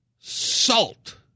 salt